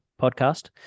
Podcast